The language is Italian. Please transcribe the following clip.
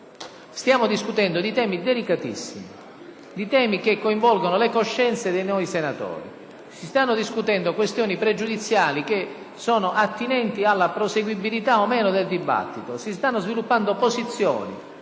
stiamo discutendo di temi delicatissimi che coinvolgono le coscienze di noi senatori. Si stanno discutendo questioni pregiudiziali attinenti alla proseguibilità o meno del dibattito; si stanno sviluppando posizioni